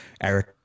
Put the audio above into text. Eric